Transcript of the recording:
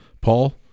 Paul